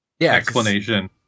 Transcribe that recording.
explanation